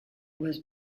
was